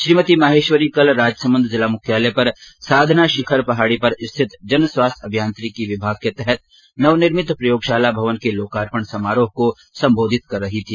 श्रीमती माहेश्वरी कल राजसमन्द जिला मुख्यालय पर साधना शिखर पहाड़ी पर स्थित जन स्वास्थ्य अभियांत्रिकी विभाग के तहत नवनिर्मित प्रयोगशाला भवन के लोकार्पण समारोह को सम्बोधित कर रही थी